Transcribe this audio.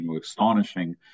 astonishing